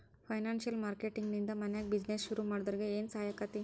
ಫೈನಾನ್ಸಿಯ marketing ನಿಂದಾ ಮನ್ಯಾಗ್ business ಶುರುಮಾಡ್ದೊರಿಗೆ ಏನ್ಸಹಾಯಾಕ್ಕಾತಿ?